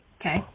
Okay